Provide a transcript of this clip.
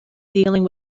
dealing